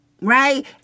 right